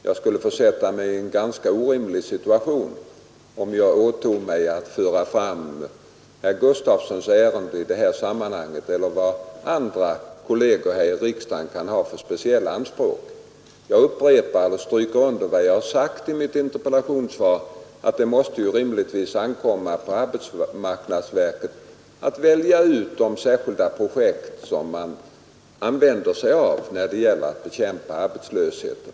Jag skulle försätta mig i en ganska ohållbar situation, om jag åtog mig att föra fram herr Gustafssons ärende i det här sammanhanget eller vad andra kolleger här i riksdagen kan ha för speciella anspråk. Jag stryker under vad jag har sagt i mitt interpellationssvar, nämligen att det rimligtvis måste ankomma på arbetsmarknadsverket att välja ut de särskilda projekt som skall användas när det gäller att bekämpa arbetslösheten.